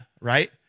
right